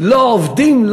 לא עובדים.